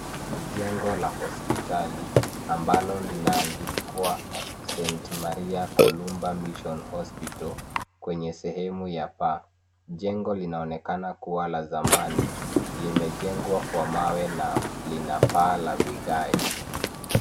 Ni jengo la hospitali ambalo linaandikwa St Maria Kolumba Mission Hospital kwenye sehemu ya paa. Jengo linaonekana kuwa la zamani limejengwa kwa mawe na lina paa la vigae.